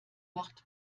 macht